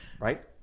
right